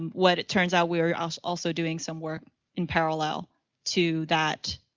um what it turns out, we're also also doing some work in parallel to that,